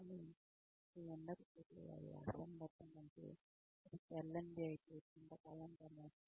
కానీ అది ఉండకపోతే అది అసంబద్ధం అయితే అది చెల్లనిది అయితే కొంతకాలం తర్వాత